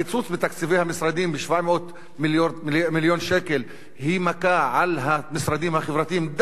הקיצוץ בתקציבי המשרדים ב-700 מיליון שקל הוא מכה על המשרדים החברתיים,